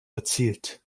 erzielt